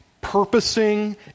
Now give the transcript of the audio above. purposing